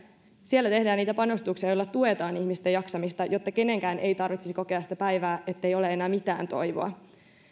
siellä tehdään niitä panostuksia joilla tuetaan ihmisten jaksamista jotta kenenkään ei tarvitsisi kokea sitä päivää ettei ole enää mitään toivoa tänään